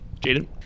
Jaden